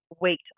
wait